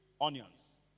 onions